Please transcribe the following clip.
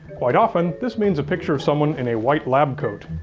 quite often, this means a picture of someone in a white lab coat.